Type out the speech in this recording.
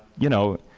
you know,